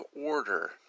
order